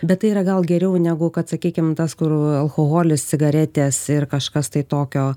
bet tai yra gal geriau negu kad sakykim tas kur alkoholis cigaretės ir kažkas tai tokio